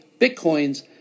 Bitcoin's